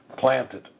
planted